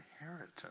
inheritance